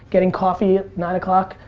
getting coffee at nine o'clock.